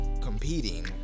competing